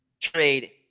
trade